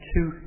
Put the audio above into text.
Two